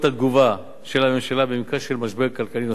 התגובה של הממשלה במקרה של משבר כלכלי נוסף,